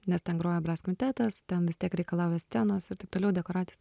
nes ten groja bras kvintetas ten vis tiek reikalauja scenos ir taip toliau dekoracijos